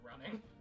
running